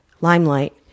Limelight